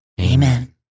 Amen